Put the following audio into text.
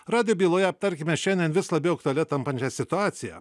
radijo byloje aptarkime šiandien vis labiau aktualia tampančią situaciją